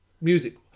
music